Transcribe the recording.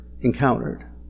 encountered